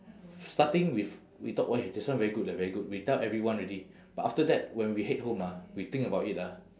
starting with we thought !wah! this one very good leh very good we tell everyone already but after that when we head home ah we think about it ah